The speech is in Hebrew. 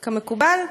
כמקובל,